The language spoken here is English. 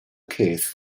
kiss